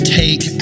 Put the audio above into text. take